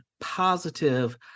positive